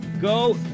go